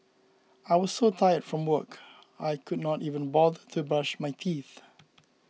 I was so tired from work I could not even bother to brush my teeth